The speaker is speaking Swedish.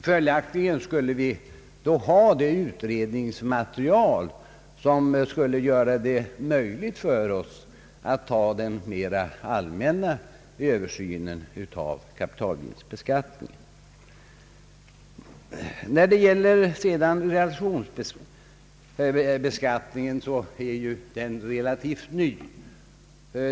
Följaktligen skulle vi då ha det utredningsmaterial som skulle göra det möjligt för oss att verkställa en mera allmän översyn av kapitalvinstbeskattningen. Realisationsvinstbeskattningen är relativt ny.